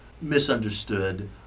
misunderstood